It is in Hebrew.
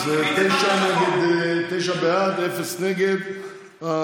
תשעה בעד, אין מתנגדים.